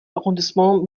arrondissement